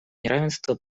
неравенства